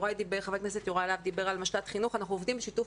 חבר הכנסת יוראי להב דיבר על משל"ט חינוך אנחנו עובדים בשיתוף